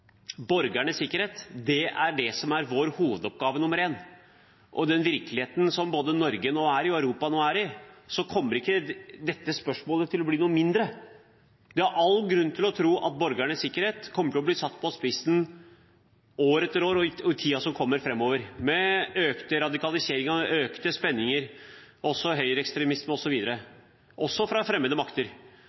er borgernes sikkerhet vår hovedoppgave nummer én. I den virkeligheten som Norge og Europa nå er i, kommer ikke dette spørsmålet til å bli noe mindre. Det er all grunn til å tro at borgernes sikkerhet kommer til å bli satt på spissen år etter år i tiden som kommer, med økt radikalisering, økte spenninger, høyreekstremisme osv. – og også fra fremmede makter.